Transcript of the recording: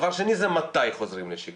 דבר שני, מתי חוזרים לשגרה?